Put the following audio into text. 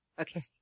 Okay